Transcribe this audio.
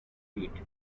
eat